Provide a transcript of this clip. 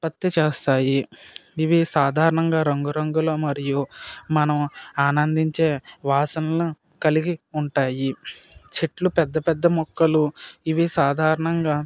ఉత్పత్తి చేస్తాయి ఇవి సాధారణంగా రంగురంగుల మరియు మనం ఆనందించే వాసనలను కలిగి ఉంటాయి చెట్లు పెద్ద పెద్ద మొక్కలు ఇవి సాధారణంగా